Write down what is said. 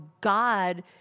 God